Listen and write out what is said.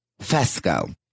Fesco